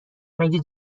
مگه